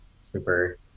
super